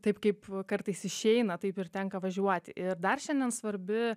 taip kaip kartais išeina taip ir tenka važiuoti ir dar šiandien svarbi